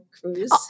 cruise